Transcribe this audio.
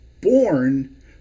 born